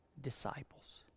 disciples